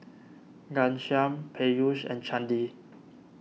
Ghanshyam Peyush and Chandi